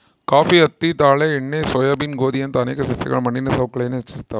coffee ಹತ್ತಿ ತಾಳೆ ಎಣ್ಣೆ ಸೋಯಾಬೀನ್ ಗೋಧಿಯಂತಹ ಅನೇಕ ಸಸ್ಯಗಳು ಮಣ್ಣಿನ ಸವಕಳಿಯನ್ನು ಹೆಚ್ಚಿಸ್ತವ